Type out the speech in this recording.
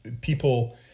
People